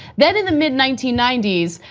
then in the ninety ninety s,